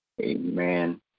Amen